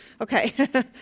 Okay